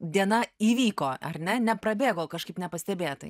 diena įvyko ar ne neprabėgo kažkaip nepastebėtai